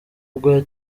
ubwo